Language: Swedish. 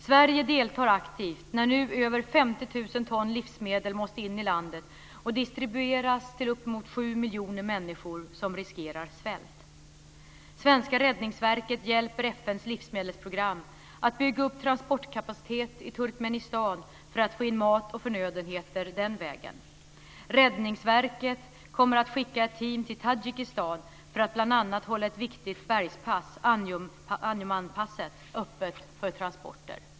Sverige deltar aktivt när nu över 50 000 ton livsmedel måste in i landet och distribueras till uppemot 7 miljoner människor som riskerar svält. Svenska Räddningsverket hjälper FN:s livsmedelsprogram att bygga upp transportkapacitet i Turkmenistan för att få in mat och förnödenheter den vägen. Räddningsverket kommer att skicka ett team till Tadzjikistan för att bl.a. hålla ett viktigt bergspass, Anjomanpasset, öppet för transporter.